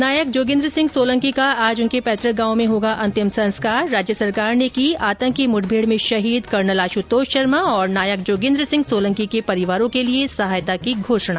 नायक जोगेन्द्र सिंह सोलंकी का आज उनके पैतृक गांव में होगा अंतिम संस्कार राज्य सरकार ने की आतंकी मुठभेड़ में शहीद कर्नल आशुतोष शर्मा और नायक जोगेन्द्र सिंह सोलंकी के परिवारों के लिए सहायता की घोषणा